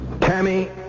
Tammy